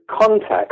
context